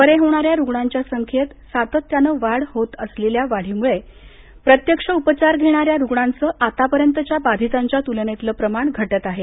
बरे होणाऱ्या रुग्णांच्या संख्येत सातत्यानं होत असलेल्या वाढीमुळे प्रत्यक्ष उपचार घेणाऱ्या रुग्णांचं आतापर्यंतच्या बाधितांच्या तूलनेतलं प्रमाण घटत आहे